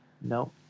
No